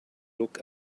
look